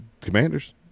commanders